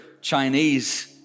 Chinese